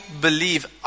believe